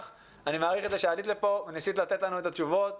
אני מעריך את זה שעלית לפה וניסית לתת לנו תשובות.